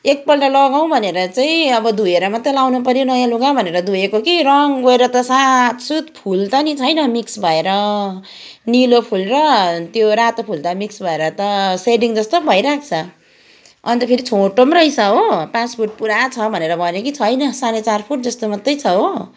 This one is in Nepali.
एकपल्ट लगाउ भनेर चाहिँ अब धोएर मात्रै लाउनुपऱ्यो नयाँ लुगा भनेर धोएको कि रङ्ग गएर त सातसुत फुल त छैन नि मिक्स भएर निलो फुल र त्यो रातो फुल त मिक्स भएर त सेडिङ जस्तो भइरहेको छ अन्त फेरि छोटो पनि रहेछ हो पाँच फुट पुरा छ भनेर भन्यो कि छैन साढे चार फुट जस्तो मात्रै छ हो